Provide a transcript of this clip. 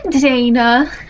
Dana